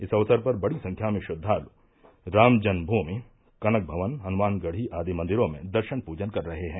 इस अवसर पर बड़ी संख्या में श्रद्वालु राम जन्मभूमि कनक भवन हनुमानगढ़ी आदि मंदिरों में दर्शन पूजन कर रहे हैं